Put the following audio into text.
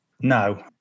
No